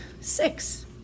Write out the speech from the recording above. six